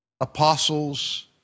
apostles